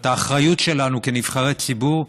את האחריות שלנו כנבחרי ציבור,